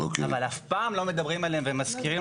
אבל אף פעם לא מדברים עליהם ולא מזכירים